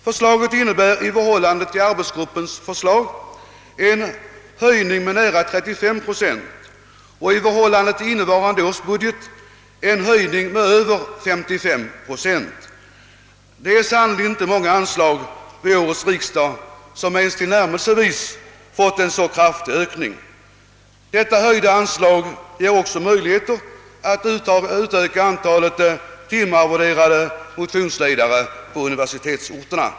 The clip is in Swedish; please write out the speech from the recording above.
Förslaget innebär en höjning med nära 35 procent jämfört med arbetsgruppens förslag, och jämfört med innevarande års budget en höjning med över 55 procent. Det är sannerligen inte många anslag vid årets riksdag som ens tillnärmelsevis ökats så kraftigt. Det höjda anslaget ger också möjligheter att utöka antalet timarvoderade motionsledare på universitetsorterna.